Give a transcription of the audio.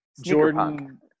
jordan